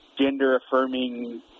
gender-affirming